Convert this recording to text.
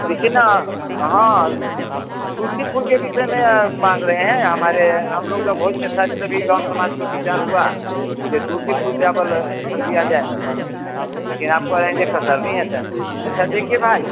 देखिए न हाँ तुलसी फूल के विषय में माँग रहे हैं हमारे हम लोग का भोज में शायद सभी गाँव समाज पे विचार हुआ कि ये तुलसी फूल चावल खरीद लिया जाए लेकिन आप कह रहें ये कतरनी है तो अच्छा देखिए भाई